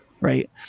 Right